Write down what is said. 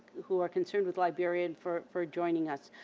who are concerned with liberia, and for for joining us.